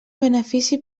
benefici